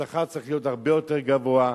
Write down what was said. השכר צריך להיות גבוה יותר,